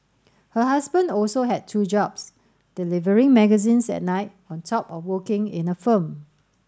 her husband also had two jobs delivering magazines at night on top of working in a firm